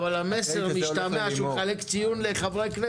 אבל המסר המשתמע הוא שהוא מחלק ציון לחברי הכנסת,